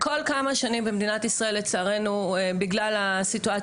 כל כמה שנים במדינת ישראל בגלל הסיטואציה